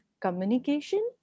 communication